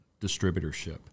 distributorship